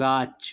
গাছ